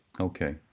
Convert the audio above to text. Okay